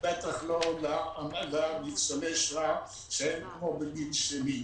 בטח לא לניצולי השואה שהם בגילי.